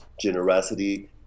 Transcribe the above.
generosity